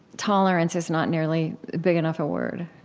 tolerance is not nearly big enough a word.